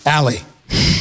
Allie